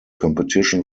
competition